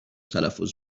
تلفظ